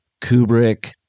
Kubrick